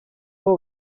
pas